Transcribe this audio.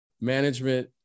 management